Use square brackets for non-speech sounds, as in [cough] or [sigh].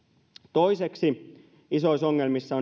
toiseksi isoissa ongelmissa [unintelligible]